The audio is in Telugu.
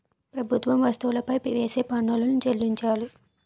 ప్రభుత్వం వస్తువులపై వేసే పన్నులను చెల్లించాలి